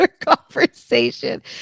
conversation